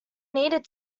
needed